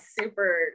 super